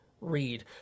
read